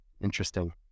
interesting